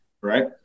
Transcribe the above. right